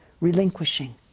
relinquishing